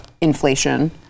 inflation